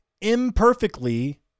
imperfectly